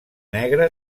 negre